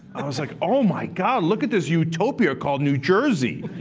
i was like, oh my god, look at this utopia called new jersey.